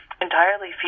entirely